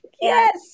Yes